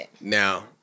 Now